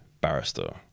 barrister